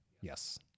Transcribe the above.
Yes